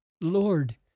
Lord